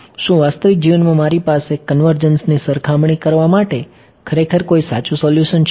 શું વાસ્તવિક જીવનમાં મારી પાસે કન્વર્જન્સની સરખામણી કરવા માટે ખરેખર કોઈ સાચુ સોલ્યુશન છે